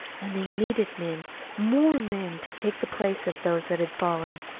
and they needed men more men to take the place of those that had fallen.